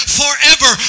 forever